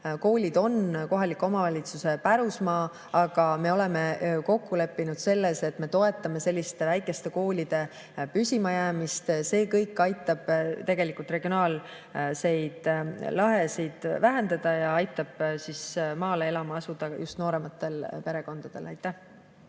koolid on kohaliku omavalitsuse pärusmaa, aga me oleme kokku leppinud selles, et me toetame väikeste koolide püsimajäämist. See kõik aitab tegelikult regionaalseid lõhesid vähendada ja aitab maale elama asuda just noorematel perekondadel.